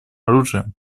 оружием